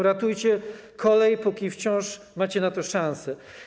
Ratujcie kolej, póki wciąż macie na to szansę.